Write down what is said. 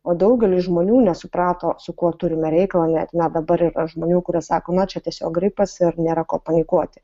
o daugelis žmonių nesuprato su kuo turime reikalą net net dabar yra žmonių kurie sako na čia tiesiog gripas ir nėra ko panikuoti